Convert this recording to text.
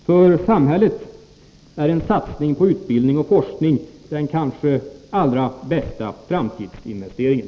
För samhället är en satsning på utbildning och forskning den kanske allra bästa framtidsinvesteringen.